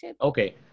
Okay